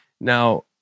Now